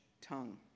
tongue